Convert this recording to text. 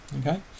okay